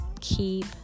Keep